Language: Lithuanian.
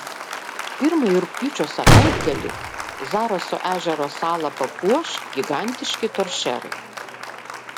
pirmąjį rugpjūčio savaitgalį zaraso ežero salą papuoš gigantiški toršerai